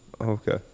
okay